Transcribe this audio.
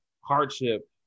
hardship